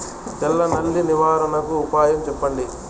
తెల్ల నల్లి నివారణకు ఉపాయం చెప్పండి?